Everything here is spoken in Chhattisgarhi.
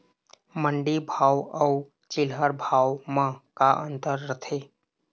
मंडी भाव अउ चिल्हर भाव म का अंतर रथे?